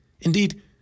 Indeed